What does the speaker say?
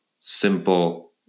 simple